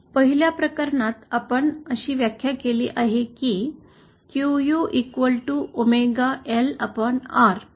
पहिल्या प्रकरणात आपण अशी व्याख्या केली आहे की QU ओमेगा LR आहे